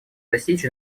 достичь